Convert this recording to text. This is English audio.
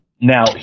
Now